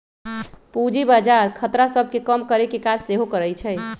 पूजी बजार खतरा सभ के कम करेकेँ काज सेहो करइ छइ